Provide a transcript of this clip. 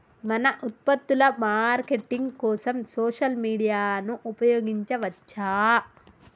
మన ఉత్పత్తుల మార్కెటింగ్ కోసం సోషల్ మీడియాను ఉపయోగించవచ్చా?